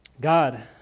God